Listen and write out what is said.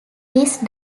these